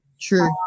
true